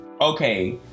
okay